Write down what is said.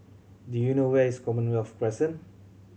do you know where is Commonwealth Crescent